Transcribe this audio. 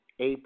AP